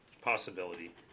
possibility